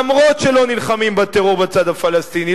אפילו שלא נלחמים בטרור בצד הפלסטיני,